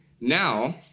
Now